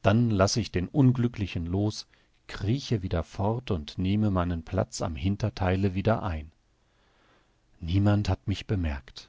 dann lass ich den unglücklichen los krieche wieder fort und nehme meinen platz am hintertheile wieder ein niemand hat mich bemerkt